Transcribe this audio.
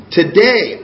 today